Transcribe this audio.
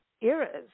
eras